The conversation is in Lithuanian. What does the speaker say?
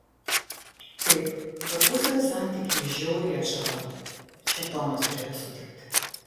taip tarpusavio santykiai žiauriai atšąla čia tomas turėjo sutikti